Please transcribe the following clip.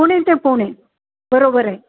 पुणे ते पुणे बरोबर आहे